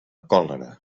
còlera